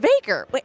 Baker